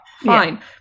Fine